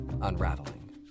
unraveling